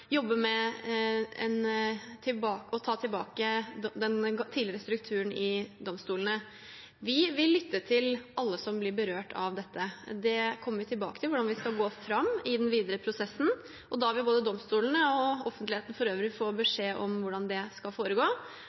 med å ta tilbake den tidligere strukturen for domstolene. Vi vil lytte til alle som blir berørt av dette. Vi kommer tilbake til hvordan vi skal gå fram i den videre prosessen, og da vil både domstolene og offentligheten for øvrig få beskjed om hvordan det skal foregå.